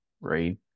right